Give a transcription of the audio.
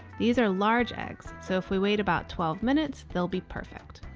these are large eggs, so if we wait about twelve minutes, they'll be perfect.